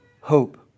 hope